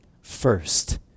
first